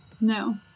No